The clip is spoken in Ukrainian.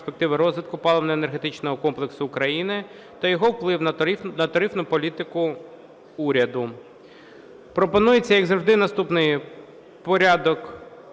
Пропонується, як завжди, наступний порядок